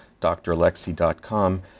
dralexi.com